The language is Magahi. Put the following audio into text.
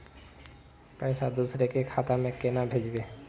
पैसा दूसरे के खाता में केना भेजबे?